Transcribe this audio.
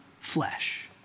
flesh